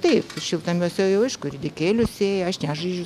taip šiltnamiuose jau aišku ridikėlius sėja aš nežaidžiu